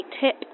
tip